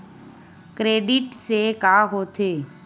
Credit से का होथे?